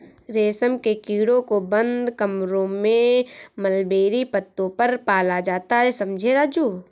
रेशम के कीड़ों को बंद कमरों में मलबेरी पत्तों पर पाला जाता है समझे राजू